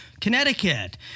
Connecticut